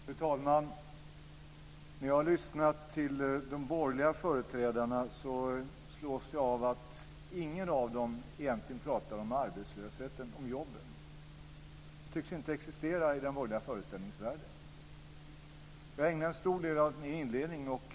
Fru talman! När jag lyssnar på de borgerliga företrädarna slås jag av att ingen av dem egentligen talar om arbetslösheten och om jobben. De tycks inte existera i den borgerliga föreställningsvärlden. Jag ägnade en stor del av min inledning åt det.